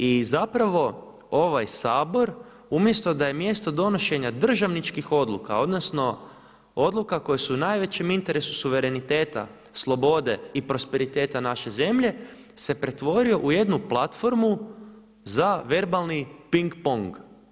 I zapravo ovaj Sabor umjesto da je mjesto donošenja državničkih odluka, odnosno odluka koje su u najvećem interesu suvereniteta, slobode i prosperiteta naše zemlje se pretvorio u jednu platformu za verbalni ping pong.